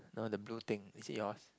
no the blue thing is it yours